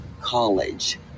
college